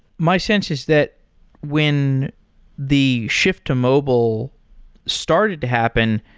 my sense is that when the shift to mobile started to happen,